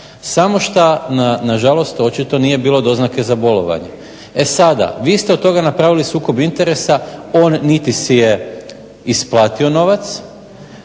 samo što očito nije bilo doznake za bolovanje. E sada vi ste od toga napravili sukob interesa. On niti si je isplatio novac,